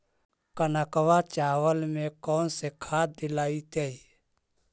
कनकवा चावल में कौन से खाद दिलाइतै?